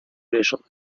racial